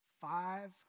Five